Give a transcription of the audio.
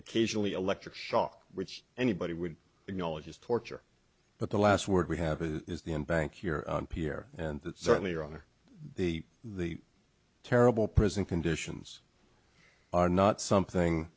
occasionally electric shock which anybody would acknowledge is torture but the last word we have is the bank you're here and that certainly are the the terrible prison conditions are not something